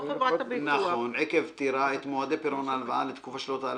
נפטר לקוח שנטל הלוואה לדיור